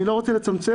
אני לא רוצה לצמצם,